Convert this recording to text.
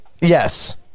Yes